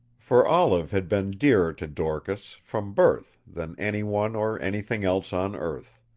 for olive had been dearer to dorcas, from birth, than anyone or anything else on earth.